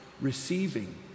receiving